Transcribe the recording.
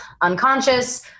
unconscious